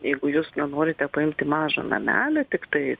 jeigu jūs na norite paimti mažą namelį tiktai